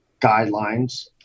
guidelines